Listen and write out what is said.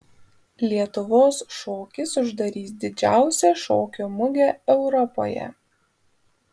lietuvos šokis uždarys didžiausią šokio mugę europoje